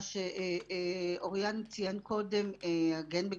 מה שאוריין ציין קודם "הגן בגזרתך".